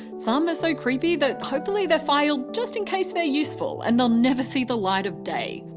some so creepy that hopefully they're filed just in case they're useful and they'll never see the light of day.